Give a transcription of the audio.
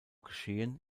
geschehen